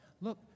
Look